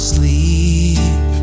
sleep